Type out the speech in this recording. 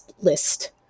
list